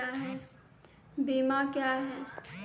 बीमा क्या हैं?